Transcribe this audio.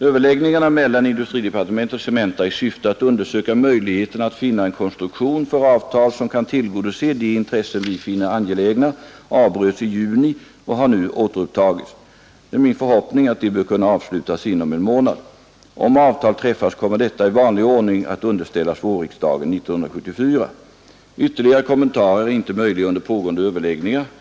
Överläggningarna mellan industridepartementet och Cementa i syfte att undersöka möjligheterna att finna en konstruktion för avtal som kan tillgodose de intressen vi finner angelägna avbröts i juni och har nu återupptagits. Det är min förhoppning att de bör kunna avslutas inom en månad. Om avtal träffas kommer detta i vanlig ordning att underställas vårriksdagen 1974. Ytterligare kommentarer är inte möjliga under pågående överläggningar.